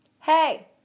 Hey